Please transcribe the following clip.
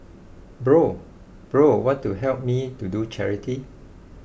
bro bro want to help me to do charity